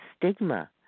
stigma